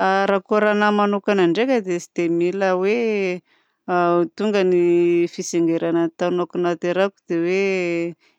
Ra kôranà manokana ndraika dia tsy ia mila hoe tonga ny fitsingerenan'ny taona nahaterahako dia hoe